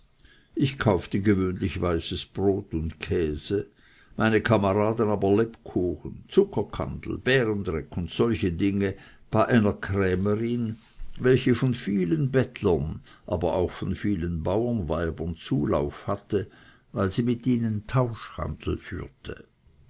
ich kaufte gewöhnlich weißes brot und käse meine kameraden aber lebkuchen zuckerkandel bärendreck und solche dinge bei einer krämerin welche von vielen bettlern aber auch von vielen bauernweibern den zulauf hatte weil sie mit ihnen tauschhandel führte